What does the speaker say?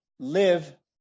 live